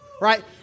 Right